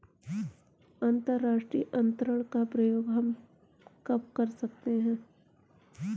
अंतर्राष्ट्रीय अंतरण का प्रयोग हम कब कर सकते हैं?